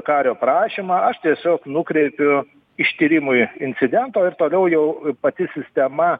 kario prašymą aš tiesiog nukreipiu ištyrimui incidento ir toliau jau pati sistema